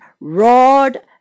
roared